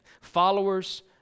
Followers